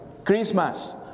Christmas